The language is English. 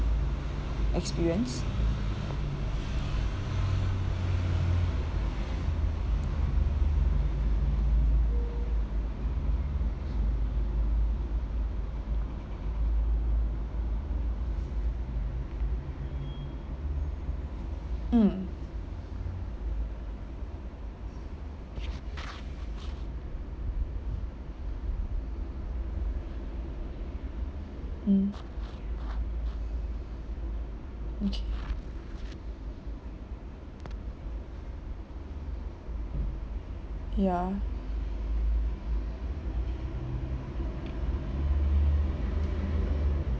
experience mm mm okay ya